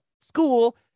school